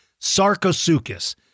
Sarcosuchus